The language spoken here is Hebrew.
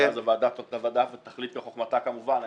ואז הוועדה הזאת תחליט בחוכמתה כמובן.